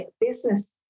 business